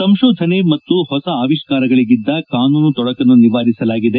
ಸಂಶೋಧನೆ ಮತ್ತು ಹೊಸ ಅವಿಷ್ಕಾರಗಳಿಗಿದ್ದ ಕಾನೂನು ತೊಡಕನ್ನು ನಿವಾರಿಸಲಾಗಿದೆ